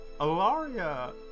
Alaria